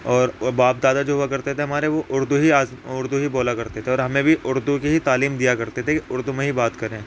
اور باپ دادا جو ہوا کرتے تھے ہمارے وہ اردو ہی آج اردو ہی بولا کرتے تھے اور ہمیں بھی اردو کی ہی تعلیم دیا کرتے تھے کہ اردو میں ہی بات کریں